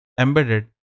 embedded